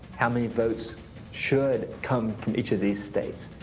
how many votes should come from each of these states?